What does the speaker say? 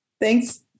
Thanks